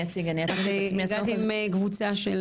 הגעת עם קבוצה.